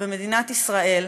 במדינת ישראל,